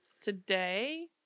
Today